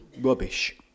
rubbish